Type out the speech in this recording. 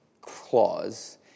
clause